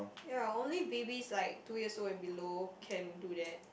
ya only babies like two years old and below can do that